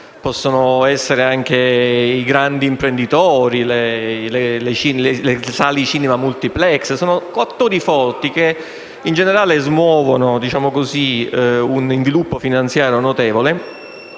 possono esserlo anche i grandi imprenditori e i cinema Multiplex: attori forti che in generale smuovono un inviluppo finanziario notevole